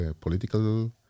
political